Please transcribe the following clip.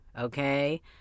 okay